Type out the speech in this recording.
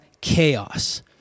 chaos